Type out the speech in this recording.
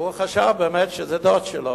והוא חשב שזה באמת דוד שלי.